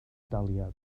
daliad